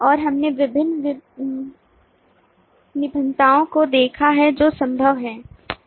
और हमने विभिन्न भिन्नताओं को देखा है जो संभव है